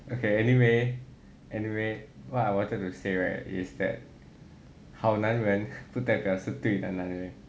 okay anyway anyway what I wanted to say right is that 好男人不代表是对的男人